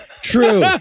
true